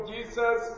Jesus